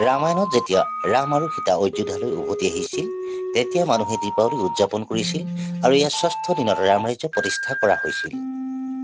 ৰামায়ণত যেতিয়া ৰাম আৰু সীতা অযোধ্যালৈ উভতি আহিছিল তেতিয়া মানুহে দীপাৱলী উদযাপন কৰিছিল আৰু ইয়াৰ ষষ্ঠ দিনত ৰামৰাজ্য প্ৰতিষ্ঠা কৰা হৈছিল